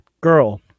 girl